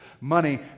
money